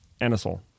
anisole